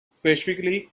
specifically